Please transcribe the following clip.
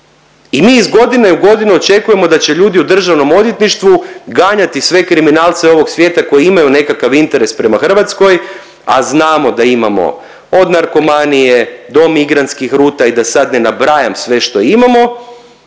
i mi iz godine u godinu očekujemo da će ljudi u državnom odvjetništvu ganjati sve kriminalce ovog svijeta koji imaju nekakav interes prema Hrvatskoj, a znamo da imamo od narkomanije do migrantskih ruta i da sad ne nabrajam sve što imamo